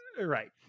Right